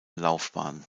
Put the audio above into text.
laufbahn